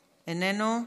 איננו,